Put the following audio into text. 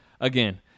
again